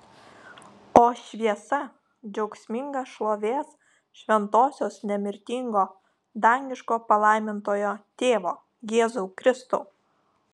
o šviesa džiaugsminga šlovės šventosios nemirtingo dangiško palaimintojo tėvo jėzau kristau